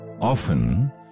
Often